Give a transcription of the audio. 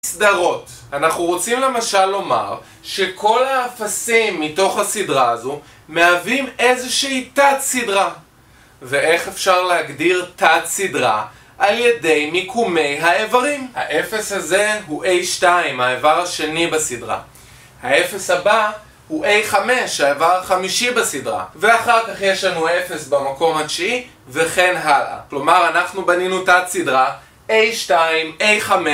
סדרות. אנחנו רוצים למשל לומר שכל האפסים מתוך הסדרה הזו מהווים איזושהי תת סדרה, ואיך אפשר להגדיר תת סדרה? על ידי מיקומי האיברים. האפס הזה הוא A2, האיבר השני בסדרה, האפס הבא הוא A5, האיבר החמישי בסדרה ואחר כך יש לנו אפס במקום התשיעי וכן הלאה כלומר אנחנו בנינו תת סדרה A2, A5